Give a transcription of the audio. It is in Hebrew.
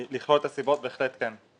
לכלול את הסיבות בהחלט כן.